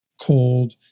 Cold